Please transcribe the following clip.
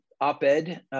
op-ed